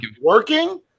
working